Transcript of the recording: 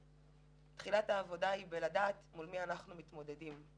תחילת העבודה היא בלדעת מול מי אנחנו מתמודדים,